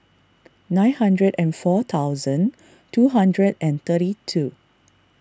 nine hundred and four thousand two hundred and thirty two